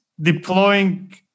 deploying